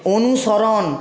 অনুসরণ